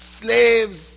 slaves